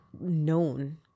known